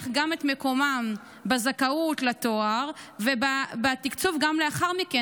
גם את מקומם בזכאות לתואר וגם בתקצוב לאחר מכן.